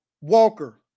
Walker